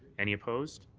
any opposed?